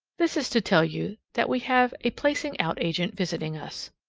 this is to tell you that we have a placing-out agent visiting us.